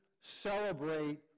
celebrate